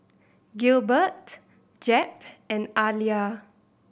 Gilbert Jep and Aaliyah